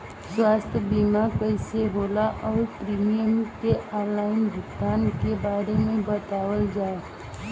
स्वास्थ्य बीमा कइसे होला और प्रीमियम के आनलाइन भुगतान के बारे में बतावल जाव?